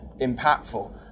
impactful